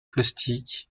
plastique